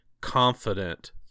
confident